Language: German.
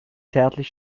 zärtlich